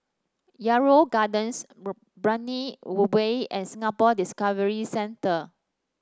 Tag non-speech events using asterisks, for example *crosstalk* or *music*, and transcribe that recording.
Yarrow Gardens *unintelligible* Brani *unintelligible* Way and Singapore Discovery Centre